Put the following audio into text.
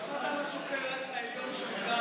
שמעת על השופט העליון שמגר?